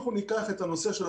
שזה דבר חשוב מאוד,